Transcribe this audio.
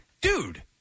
dude